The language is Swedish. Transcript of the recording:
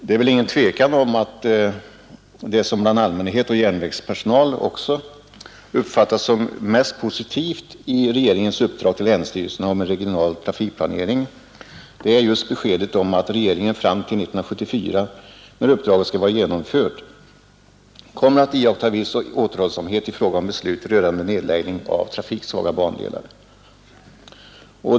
Det är väl inget tvivel om att det som av allmänhet och järn vägspersonal uppfattats som mest positivt i regeringens uppdrag till länsstyrelserna beträffande regional trafikplanering är beskedet att regeringen fram till 1974, när uppdraget skall vara genomfört, kommer att iaktta viss återhållsamhet i fråga om beslut rörande nedläggning av trafiksvaga bandelar.